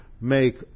make